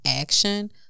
action